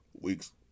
weeks